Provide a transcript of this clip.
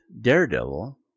Daredevil